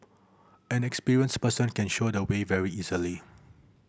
an experienced person can show the way very easily